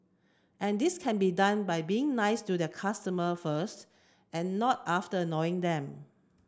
and this can be done by being nice to their customer first and not after annoying them